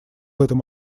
этом